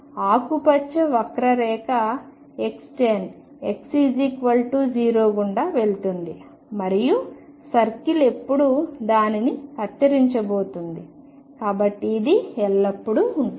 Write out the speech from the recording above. ఆకుపచ్చ వక్రరేఖ xtan x 0 గుండా వెళుతుంది మరియు సర్కిల్ ఎల్లప్పుడూ దానిని కత్తిరించబోతోంది కాబట్టి ఇది ఎల్లప్పుడూ ఉంటుంది